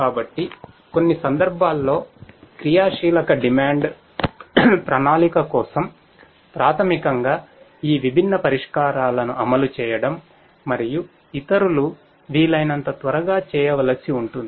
కాబట్టి కొన్ని సందర్భాల్లో క్రియాశీలక డిమాండ్ ప్రణాళిక కోసం ప్రాథమికంగా ఈ విభిన్న పరిష్కారాలను అమలు చేయడం మరియు ఇతరులు వీలైనంత త్వరగా చేయవలసి ఉంటుంది